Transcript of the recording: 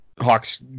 hawks